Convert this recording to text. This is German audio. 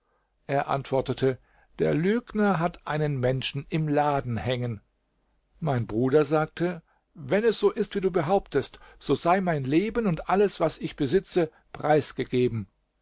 ein lügner der u s w hat einen menschen im laden hängen mein bruder sagte wenn es so ist wie du behauptest so sei mein leben und alles was ich besitze preisgegeben